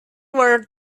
were